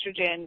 estrogen